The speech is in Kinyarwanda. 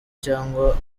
cyangwa